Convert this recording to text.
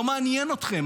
לא מעניין אתכם.